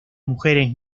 mujeres